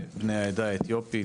בני העדה האתיופית.